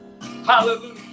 Hallelujah